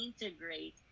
integrate